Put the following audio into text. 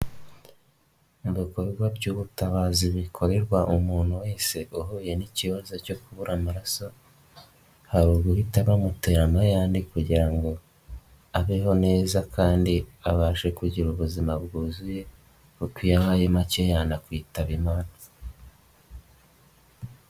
Mu bikorwa by'ubutabazi bikorerwa umuntu wese uhuye n'ikibazo cyo kubura amaraso hari uguhita bamuteramo ayandi kugira ngo abeho neza kandi abashe kugira ubuzima bwuzuye kuko iyo abaye make yanakwitaba Imana.